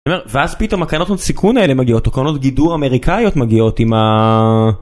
אני אומר, ואז פתאום הקרנות הון סיכון האלה מגיעות או קרנות גידור אמריקאיות מגיעות עם ה...